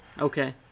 Okay